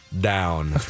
down